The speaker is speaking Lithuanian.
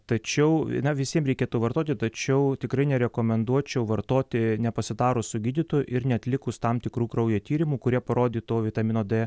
tačiau na visiem reikėtų vartoti tačiau tikrai nerekomenduočiau vartoti nepasitarus su gydytoju ir neatlikus tam tikrų kraujo tyrimų kurie parodytų vitamino d